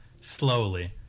slowly